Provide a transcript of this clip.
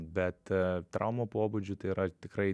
bet traumų pobūdžiu tai yra tikrai